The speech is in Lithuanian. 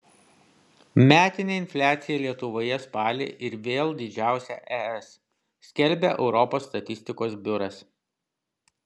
metinė infliacija lietuvoje spalį ir vėl didžiausia es skelbia europos statistikos biuras